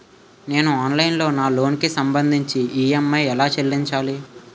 నేను ఆన్లైన్ లో నా లోన్ కి సంభందించి ఈ.ఎం.ఐ ఎలా చెల్లించాలి?